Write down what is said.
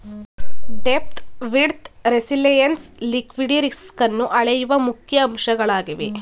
depth, width, resilience liquidity ರಿಸ್ಕನ್ನು ಅಳೆಯುವ ಮುಖ್ಯ ಅಂಶಗಳಾಗಿವೆ